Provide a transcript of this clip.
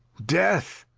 death!